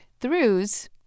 throughs